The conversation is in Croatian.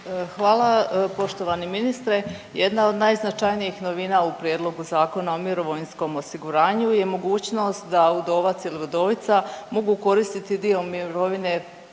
Hvala. Poštovani ministre, jedna od najznačajnijih novina u prijedlogu Zakona o mirovinskom osiguranju je mogućnost da udovac ili udovica mogu koristiti dio mirovine